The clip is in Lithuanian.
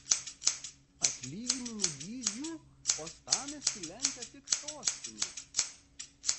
atlyginimų dydžiu uostamiestį lenkia tik sostinė